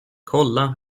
kolla